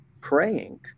praying